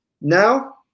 now